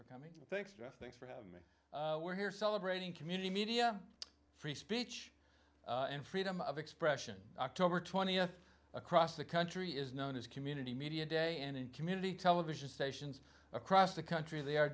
for coming thanks to i think me we're here celebrating community media free speech and freedom of expression october twentieth across the country is known as community media day and community television stations across the country they are